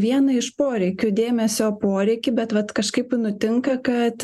vieną iš poreikių dėmesio poreikį bet vat kažkaip nutinka kad